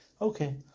Okay